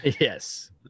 yes